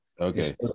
okay